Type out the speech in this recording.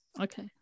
Okay